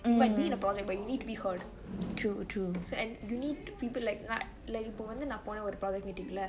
you need the project but you also need to be heard you need people like like இப்ப வந்து நா போன ஒரு வீட்டுக்குள்ள:ippe vanthu naa pone oru veetukulle